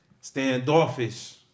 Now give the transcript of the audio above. standoffish